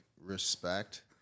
respect